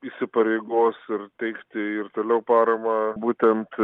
įsipareigos ir teikti ir toliau paramą būtent